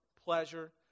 pleasure